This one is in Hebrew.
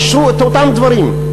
אישרו את אותם דברים,